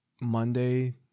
Monday